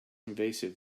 invasive